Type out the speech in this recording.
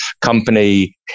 company